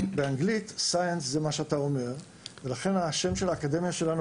באנגלית science זה מה שאתה אומר ולכן השם של האקדמיה שלנו